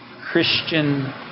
Christian